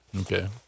Okay